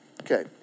okay